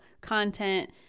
content